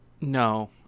No